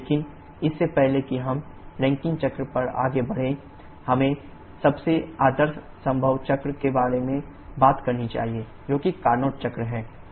लेकिन इससे पहले कि हम रैंकिन चक्र पर आगे बढ़ें हमें सबसे आदर्श संभव चक्र के बारे में बात करनी चाहिए जो कि कार्नट चक्र है